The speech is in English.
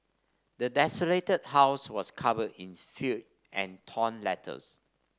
the desolated house was covered in filth and torn letters